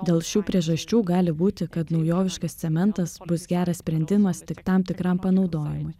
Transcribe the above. dėl šių priežasčių gali būti kad naujoviškas cementas bus geras sprendimas tik tam tikram panaudojimui